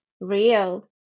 real